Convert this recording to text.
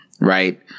right